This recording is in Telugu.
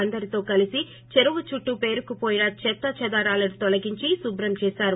అందరితో కలిసి చెరువు చుట్టూ పేరుకుపోయిన చెత్తా చెదారాలను తొలగించి శుభ్రం చేసారు